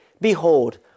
Behold